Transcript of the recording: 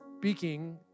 speaking